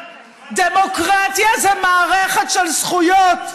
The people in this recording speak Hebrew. ודאי, דמוקרטיה זו מערכת של זכויות,